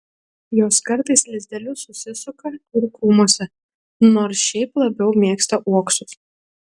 jos kartais lizdelius susisuka ir krūmuose nors šiaip labiau mėgsta uoksus